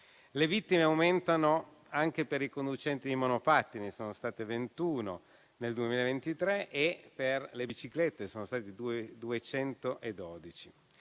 Le vittime aumentano anche per i conducenti di monopattini (sono state 21 nel 2023) e per le biciclette (sono state 212).